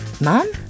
Mom